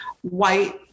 white